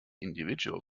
individual